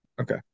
Okay